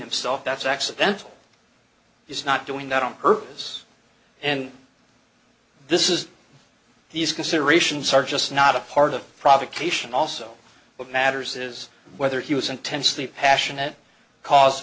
himself that's accidental he's not doing that on purpose and this is these considerations are just not a part of provocation also what matters is whether he was intensely passionate cause